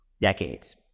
decades